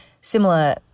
similar